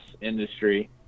industry